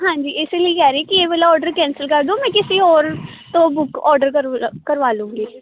ਹਾਂਜੀ ਇਸ ਲਈ ਕਹਿ ਰਹੀ ਕਿ ਇਹ ਵਾਲਾ ਓਡਰ ਕੈਂਸਲ ਕਰ ਦਓ ਮੈਂ ਕਿਸੀ ਔਰ ਤੋਂ ਬੁੱਕ ਓਡਰ ਕਰਵ ਕਰਵਾ ਲਊਂਗੀ